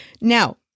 Now